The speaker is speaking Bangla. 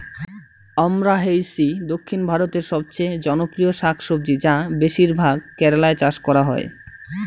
আমরান্থেইসি দক্ষিণ ভারতের সবচেয়ে জনপ্রিয় শাকসবজি যা বেশিরভাগ কেরালায় চাষ করা হয়